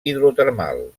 hidrotermal